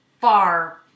far